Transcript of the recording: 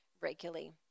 regularly